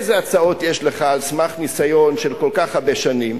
איזה הצעות יש לך על סמך ניסיון של כל כך הרבה שנים,